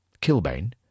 Kilbane